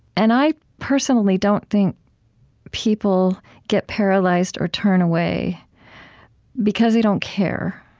and i personally don't think people get paralyzed or turn away because they don't care.